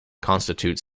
constitutes